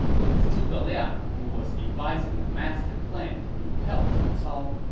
it was zhuge liang who was devising the master plan to repel cao cao.